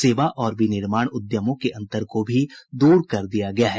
सेवा और विनिर्माण उद्यमों के अंतर को भी दूर कर दिया गया है